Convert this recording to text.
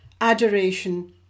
adoration